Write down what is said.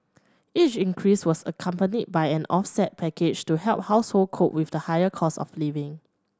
each increase was accompanied by an offset package to help household cope with the higher costs of living